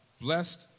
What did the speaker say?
Blessed